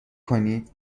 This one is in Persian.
کنید